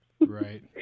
Right